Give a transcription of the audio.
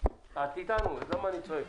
בבקשה.